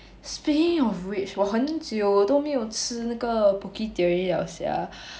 speaking of which 我很久都没有吃那个 poke theory liao sia